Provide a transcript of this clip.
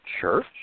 church